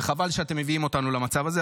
וחבל שאתם מביאים אותנו למצב הזה,